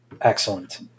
Excellent